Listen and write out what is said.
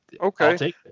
Okay